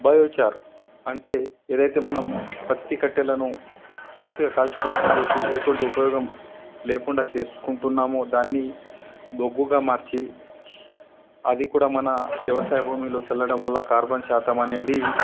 biochar అంటే ఏదైతే మనం పత్తి కట్టెలను పూర్తిగా కాల్చి ధ్వంసం చేసి ఎటువంటి ఉపయోగం లేకుండా చేసుకుంటున్నామో దాన్ని బొగ్గుగా మార్చి అది కూడా మన వ్యవసాయ భూమిలో చల్లడం వల్ల కార్బన్ శాతం అనేది